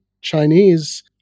Chinese